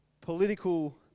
political